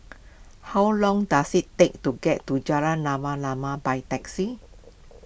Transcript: how long does it take to get to Jalan Rama Rama by taxi